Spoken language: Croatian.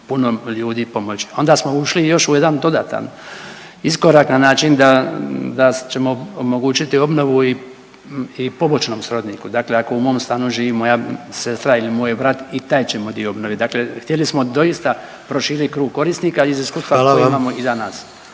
puno ljudi pomoći. Onda smo ušli još u jedan dodatan iskorak na način da, da ćemo omogućiti obnovu i, i pomoćnom srodniku, dakle ako u mom stanu živi moja sestra ili moj brat i taj ćemo dio obnovit. Dakle htjeli smo doista proširit krug korisnika iz iskustva…/Upadica